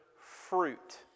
fruit